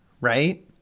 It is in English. right